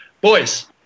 boys